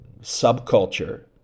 subculture